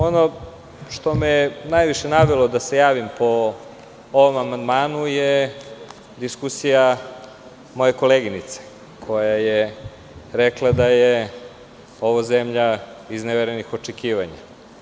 Ono što me je najviše navelo da se javim po ovom amandmanu je diskusija moje koleginice, koja je rekla da je ovo zemlja izneverenih očekivanja.